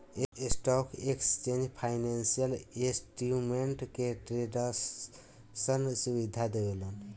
stock exchange financial instrument के ट्रेडरसन सुविधा देवेला